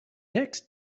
next